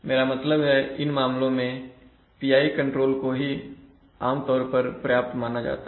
मेरा मतलब है इन मामलों में PI कंट्रोल को ही आमतौर पर पर्याप्त माना जाता है